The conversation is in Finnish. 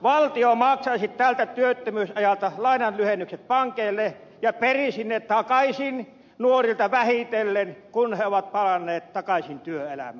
valtio maksaisi tältä työttömyysajalta lainanlyhennykset pankeille ja perisi ne takaisin nuorilta vähitellen kun he ovat palanneet takaisin työelämään